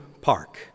Park